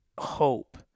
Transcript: hope